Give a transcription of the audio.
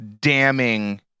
damning